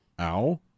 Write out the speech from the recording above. ow